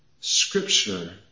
scripture